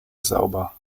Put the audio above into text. sauber